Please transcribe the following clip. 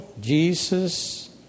Jesus